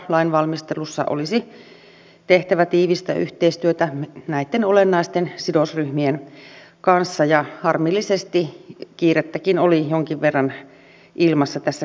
lain valmistelussa olisi tehtävä tiivistä yhteistyötä näitten olennaisten sidosryhmien kanssa ja harmillisesti kiirettäkin oli jonkin verran ilmassa tässä käsittelyssä